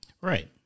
Right